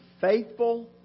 faithful